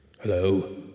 Hello